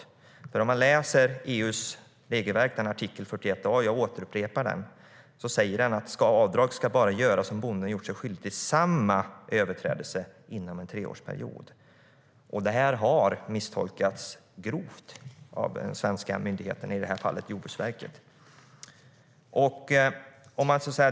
Jag upprepar att om man läser EU:s regelverk, artikel 41 a, kan man se att det där står att avdrag ska göras bara om bonden gjort sig skyldig till samma överträdelse inom en treårsperiod. Detta har misstolkats grovt av den svenska myndigheten - i detta fall Jordbruksverket.